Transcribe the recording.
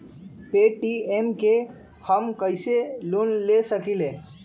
Paytm से हम कईसे लोन ले सकीले?